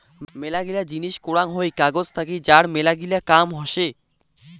মেলাগিলা জিনিস করাং হই কাগজ থাকি যার মেলাগিলা কাম হসে